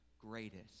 greatest